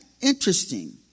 interesting